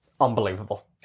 Unbelievable